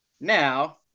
now